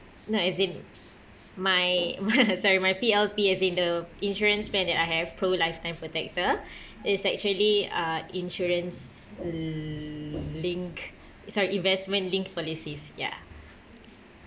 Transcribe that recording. not as in my sorry my P_L_P as in the insurance plan that I have pro lifetime protector it's actually uh insurance linked sorry investment linked policies ya